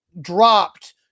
dropped